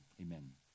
Amen